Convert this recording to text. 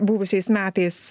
buvusiais metais